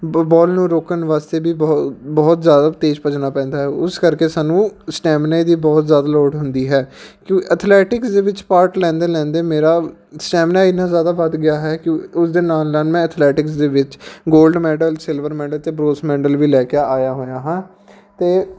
ਬੋਲ ਨੂੰ ਰੋਕਣ ਵਾਸਤੇ ਵੀ ਬਹੁਤ ਬਹੁਤ ਜ਼ਿਆਦਾ ਤੇਜ਼ ਭੱਜਣਾ ਪੈਂਦਾ ਹੈ ਉਸ ਕਰਕੇ ਸਾਨੂੰ ਸਟੈਮਨੇ ਦੀ ਬਹੁਤ ਜ਼ਿਆਦਾ ਲੋੜ ਹੁੰਦੀ ਹੈ ਕਿਉਂ ਅਥਲੈਟਿਕਸ ਦੇ ਵਿੱਚ ਪਾਰਟ ਲੈਂਦੇ ਲੈਂਦੇ ਮੇਰਾ ਸਟੈਮਨਾ ਇੰਨਾ ਜ਼ਿਆਦਾ ਵੱਧ ਗਿਆ ਹੈ ਕਿਉਂ ਉਸ ਦੇ ਨਾਲ ਨਾਲ ਮੈਂ ਅਥਲੈਟਿਕਸ ਦੇ ਵਿੱਚ ਗੋਲਡ ਮੈਡਲ ਸਿਲਵਰ ਮੈਡਲ ਅਤੇ ਬਰੋਸ ਮੈਂਡਲ ਵੀ ਲੈ ਕੇ ਆਇਆ ਹੋਇਆ ਹਾਂ ਅਤੇ